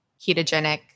ketogenic